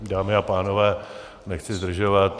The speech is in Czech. Dámy a pánové, nechci zdržovat.